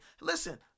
Listen